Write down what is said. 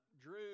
Drew